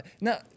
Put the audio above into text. Now